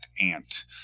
ant